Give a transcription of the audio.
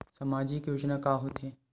सामाजिक योजना का होथे?